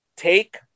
take